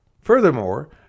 Furthermore